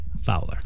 Fowler